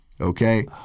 okay